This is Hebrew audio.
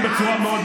בכל מקרה, בכל מקרה,